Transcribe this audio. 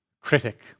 critic